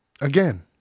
Again